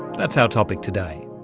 that's our topic today.